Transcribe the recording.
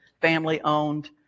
family-owned